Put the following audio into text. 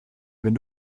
wenn